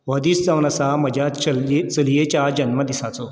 हो दीस जावन आसा म्हज्या चलये चलयेच्या जल्म दिसाचो